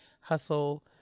Hustle